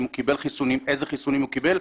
אם הוא קיבל חיסונים ואילו חיסונים הוא קיבל,